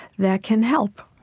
that can help.